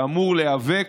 שאמור להיאבק,